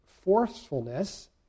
forcefulness